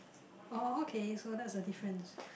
oh okay so that was the difference